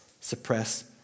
suppress